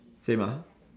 same ah